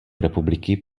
republiky